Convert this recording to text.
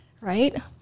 right